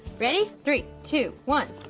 ready, three, two, one.